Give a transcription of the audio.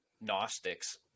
Gnostics